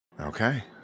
Okay